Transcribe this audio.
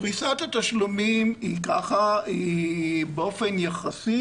פריסת התשלומים היא באופן יחסי,